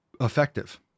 effective